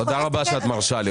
תודה רבה שאת מרשה לי,